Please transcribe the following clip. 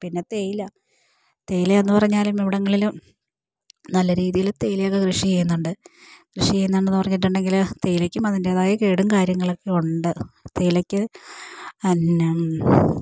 പിന്നെ തേയില തേയില എന്ന് പറഞ്ഞാലും ഇവിടങ്ങളിലും നല്ല രീതിയിൽ തേയിലയൊക്കെ കൃഷി ചെയ്യുന്നുണ്ട് കൃഷി ചെയ്യുന്നുണ്ടെന്ന് പറഞ്ഞിട്ടുണ്ടെങ്കിൽ തേയിലക്കും അതിൻ്റേതായ കേടും കാര്യങ്ങളൊക്കെ ഉണ്ട് തേയിലക്ക് അന്നം